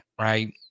right